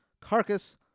carcass